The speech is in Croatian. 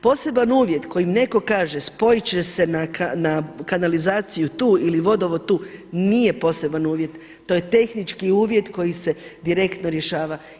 Poseban uvjet kojim neko kaže spojit će se na kanalizaciju tu ili vodovod tu, nije poseban uvjet, to je tehnički uvjet koji se direktno rješava.